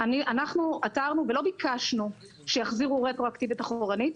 אנחנו עתרנו ולא ביקשנו שיחזירו רטרואקטיבית אחורנית,